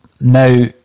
Now